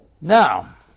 Now